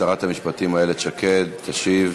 שרת המשפטים איילת שקד תשיב.